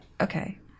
Okay